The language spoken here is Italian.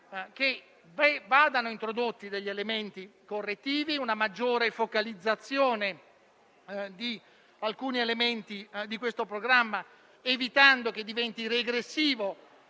che vadano introdotti elementi correttivi, una maggiore focalizzazione su alcuni elementi di questo programma, evitando che diventi regressivo,